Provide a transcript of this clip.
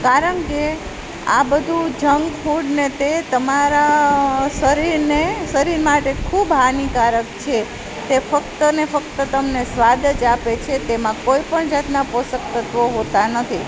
કારણ કે આ બધુ જંક ફૂડ ને તે તમારા શરીરને શરીર માટે ખૂબ હાનિકારક છે તે ફક્ત ને ફક્ત તમને સ્વાદ જ આપે છે તેમાં કોઈપણ જાતનાં પોષક તત્વો હોતાં નથી